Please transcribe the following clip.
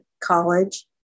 college